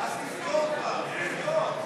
אז תסגור כבר, תסגור.